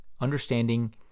understanding